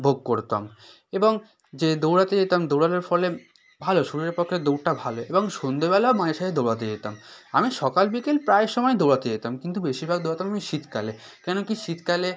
ভোগ করতাম এবং যে দৌড়াতে যেতাম দৌড়ানোর ফলে ভালো শরীরের পক্ষে দৌড়টা ভালো এবং সন্ধ্যেবেলাও মাঝেসাঝে দৌড়াতে যেতাম আমি সকাল বিকেল প্রায় সময় দৌড়াতে যেতাম কিন্তু বেশিরভাগ দৌড়াতাম আমি শীতকালে কেন কী শীতকালে